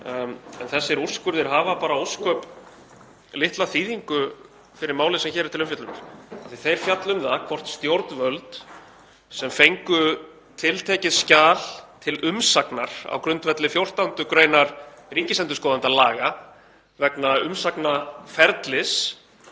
en þessir úrskurðir hafa bara ósköp litla þýðingu fyrir málið sem hér er til umfjöllunar af því að þeir fjalla um það hvort stjórnvöld, sem fengu tiltekið skjal til umsagnar á grundvelli 14. gr. laga um ríkisendurskoðanda vegna umsagnarferlis